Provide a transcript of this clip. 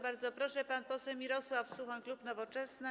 Bardzo proszę, pan poseł Mirosław Suchoń, klub Nowoczesna.